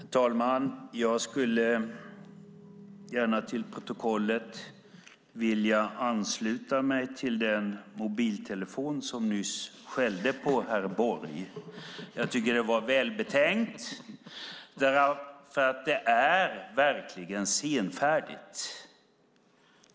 Herr talman! Jag skulle gärna till protokollet vilja ansluta mig till den mobiltelefon som nyss skällde på herr Borg. Jag tycker att det var välbetänkt. Det är verkligen senfärdigt.